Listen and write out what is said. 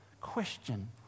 question